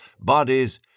bodies